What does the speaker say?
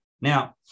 Now